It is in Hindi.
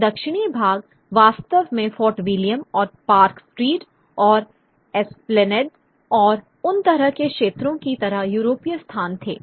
तो दक्षिणी भाग वास्तव में फोर्ट विलियम और पार्क स्ट्रीट और एस्प्लेनेड और उन तरह के क्षेत्रों की तरह यूरोपीय स्थान थे